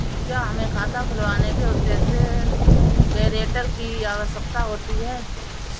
क्या हमें खाता खुलवाने के उद्देश्य से गैरेंटर की आवश्यकता होती है?